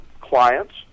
clients